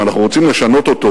אם אנחנו רוצים לשנות אותו